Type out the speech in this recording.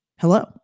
hello